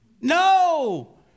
No